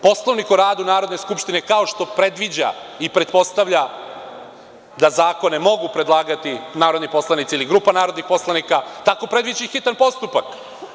Poslovnik o radu Narodne skupštine kao što predviđa i pretpostavlja da zakone mogu predlagati narodni poslanici ili grupa narodnih poslanika, tako predviđa i hitan postupak.